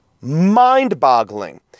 mind-boggling